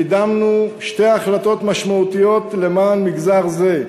קידמנו שתי החלטות משמעותיות למען מגזר זה: